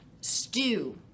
stew